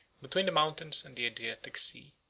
between the mountains and the adriatic sea.